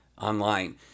online